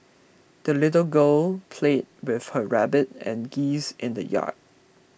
the little girl played with her rabbit and geese in the yard